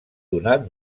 donat